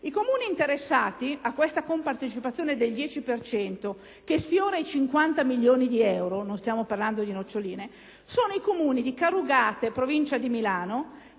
Comuni interessati alla compartecipazione del 10 per cento, che sfiora i 50 milioni di euro (non stiamo parlando di noccioline), sono: il Comune di Carugate in provincia di Milano,